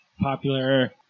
popular